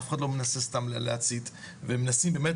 אף אחד לא מנסה סתם להצית ומנסים באמת